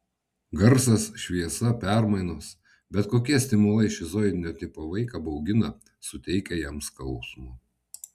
garsas šviesa permainos bet kokie stimulai šizoidinio tipo vaiką baugina suteikia jam skausmo